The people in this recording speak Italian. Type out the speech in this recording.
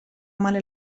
male